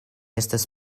estas